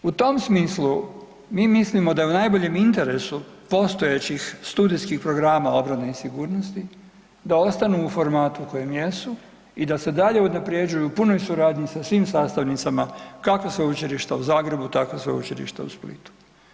U tom smislu mi mislimo da je u najboljem interesu postojećih studijskih programa obrane i sigurnosti da ostanu u formatu u kojem jesu i da se dalje unaprjeđuju u punoj suradnji sa svim sastavnicama, kako Sveučilišta u Zagrebu tako Sveučilišta u Splitu.